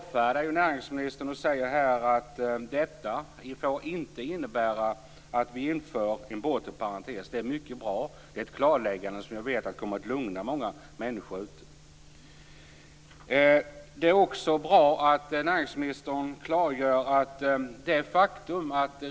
Han säger här att detta inte får innebära att vi inför en bortre parentes. Det är mycket bra. Det är ett klarläggande som jag vet kommer att lugna många människor där ute.